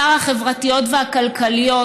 בעיקר החברתיות והכלכליות,